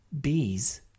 Bees